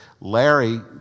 Larry